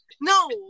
No